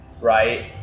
Right